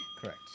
Correct